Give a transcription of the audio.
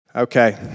Okay